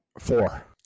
Four